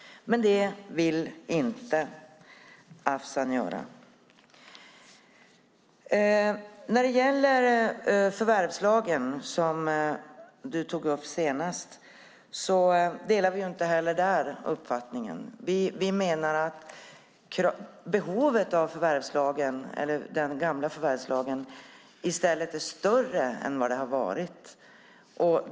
Men det vill inte Avsan göra. Du tog senast upp förvärvslagen. Inte heller där delar vi uppfattningen. Vi menar att behovet av gamla förvärvslagen i stället är större än vad det har varit.